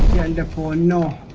deploy and no